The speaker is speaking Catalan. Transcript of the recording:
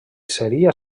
seria